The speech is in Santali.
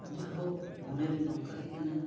ᱡᱟᱭᱦᱳᱠ ᱢᱚᱱᱮᱨᱮ ᱱᱚᱝᱠᱟ ᱦᱮᱡ ᱮᱱᱟ